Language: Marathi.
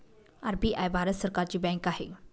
आर.बी.आय भारत सरकारची बँक आहे